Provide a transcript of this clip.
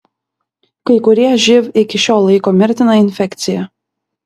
kai kurie živ iki šiol laiko mirtina infekcija